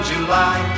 July